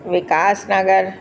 Vikas Nagar